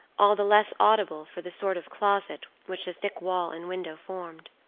all the less audible for the sort of closet which the thick wall and window formed.